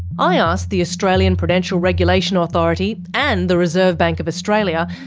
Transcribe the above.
i asked the australian prudential regulation authority and the reserve bank of australia,